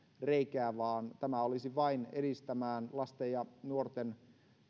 reikää vaan tämä olisi vain edistämään lasten ja nuorten